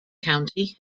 county